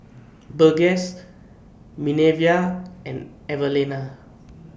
Burgess Minervia and Evalena